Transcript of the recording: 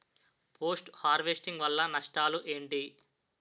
Post harvesting వల్ల నష్టాలు ఏంటి?